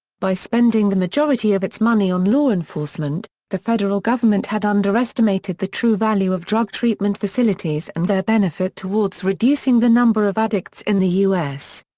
by spending the majority of its money on law enforcement, the federal government had underestimated the true value of drug-treatment facilities and their benefit towards reducing the number of addicts in the u s.